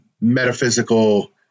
metaphysical